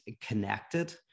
connected